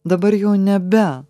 dabar jau nebe